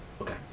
Okay